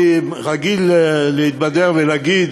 אני רגיל להתבדר ולהגיד: